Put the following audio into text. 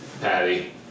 Patty